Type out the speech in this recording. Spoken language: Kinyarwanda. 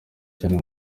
cyane